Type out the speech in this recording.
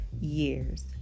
years